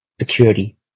security